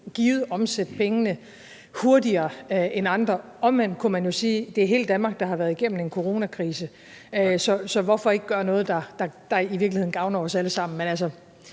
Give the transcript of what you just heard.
givet vil omsætte pengene hurtigere end andre. Omvendt kunne man jo sige, at det er hele Danmark, der har været gennem en coronakrise, så hvorfor ikke gøre noget, der i virkeligheden gavner os alle sammen.